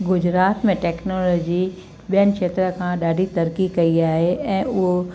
गुजरात में टैक्नोलॉजी ॿियनि खेत्र खां ॾाढी तरक़ी कई आहे ऐं उहो